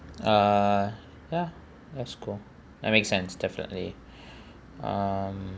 uh ya that's cool that makes sense definitely um